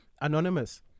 Anonymous